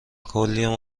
کلیم